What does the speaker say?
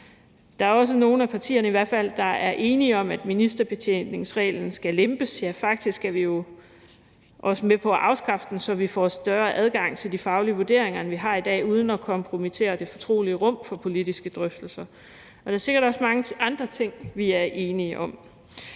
Der er også nogle af partierne, der i hvert fald er enige om, at ministerbetjeningsreglen skal lempes, ja, faktisk er vi jo også med på at afskaffe den, så vi får større adgang til de faglige vurderinger, end vi har i dag, uden at kompromittere det fortrolige rum for politiske drøftelser. Der er sikkert også mange andre ting, vi er enige om.